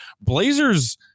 Blazers